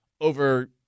over